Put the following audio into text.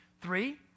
three